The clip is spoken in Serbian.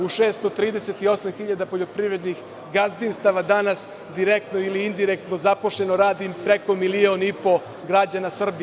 U 638 hiljada poljoprivrednih gazdinstava danas direktno ili indirektno zaposleno, radi preko milion i po građana Srbije.